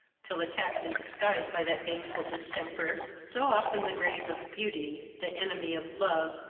till attacked and disguised by that baneful distemper, so often the grave of beauty the enemy of love,